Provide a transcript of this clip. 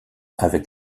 avec